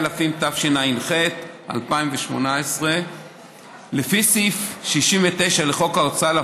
התשע"ח 2018. לפי סעיף 69 לחוק ההוצאה לפועל,